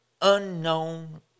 unknown